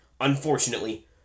Unfortunately